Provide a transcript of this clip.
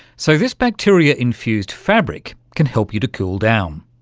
so this bacteria-infused fabric can help you to cool down,